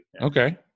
Okay